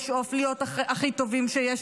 לשאוף להיות הכי טובים שיש,